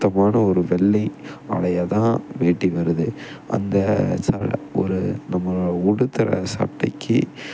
சுத்தமான ஒரு வெள்ளை ஆடையாக தான் வேட்டி வருது அந்த ச ஒரு நம்ம உடுத்துகிற சட்டைக்கு